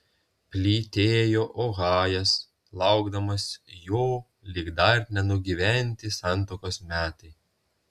plytėjo ohajas laukdamas jo lyg dar nenugyventi santuokos metai